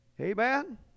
Amen